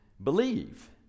Believe